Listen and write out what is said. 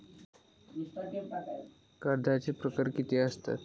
कर्जाचे प्रकार कीती असतत?